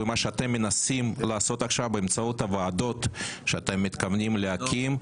ומה שאתם מנסים לעשות עכשיו באמצעות הוועדות שאתם מתכוונים להקים,